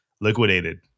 liquidated